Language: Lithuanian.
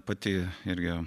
pati irgi